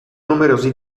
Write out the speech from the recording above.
numerosi